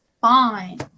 fine